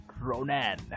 Ronan